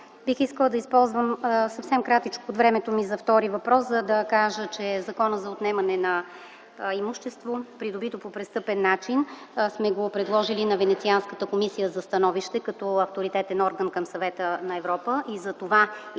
Бих искала да използвам съвсем кратко от времето ми за втория въпрос, за да кажа, че сме предложили Закона за отнемане на имущество, придобито по престъпен начин, за становище на Венецианската комисия като авторитетен орган към Съвета на Европа и затова изчакваме